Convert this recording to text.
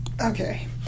Okay